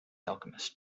alchemist